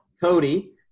Cody –